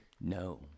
No